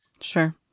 Sure